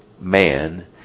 man